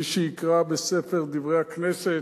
מי שיקרא בספר "דברי הכנסת"